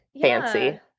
fancy